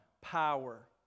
power